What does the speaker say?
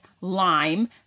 lime